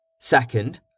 Second